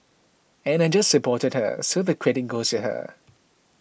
and I just supported her so the credit goes to her